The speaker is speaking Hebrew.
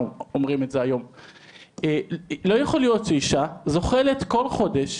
לא יכול להיות שאישה זוחלת כל חודש,